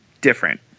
different